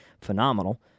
phenomenal